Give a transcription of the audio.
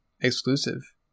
exclusive